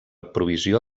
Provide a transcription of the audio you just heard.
provisió